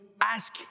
ask